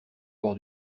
bord